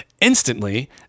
Instantly